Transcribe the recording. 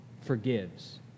forgives